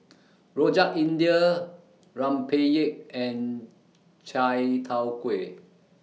Rojak India Rempeyek and Chai Tow Kway